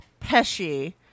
Pesci